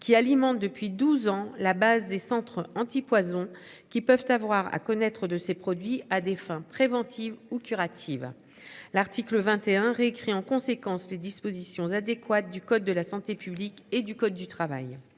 qui alimente depuis 12 ans la base des centres antipoison qui peuvent avoir à connaître de ces produits à des fins préventives ou curatives. L'article 21 réécrit en conséquence les dispositions adéquates du code de la santé publique et du code du travail.